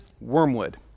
Wormwood